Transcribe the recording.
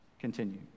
continue